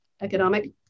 economic